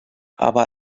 aber